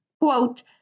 Quote